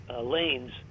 lanes